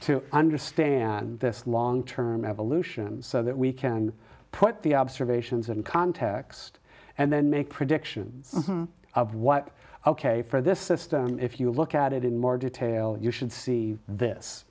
to understand this long term evolution so that we can put the observations in context and then make predictions of what ok for this system if you look at it in more detail you should see this